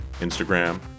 Instagram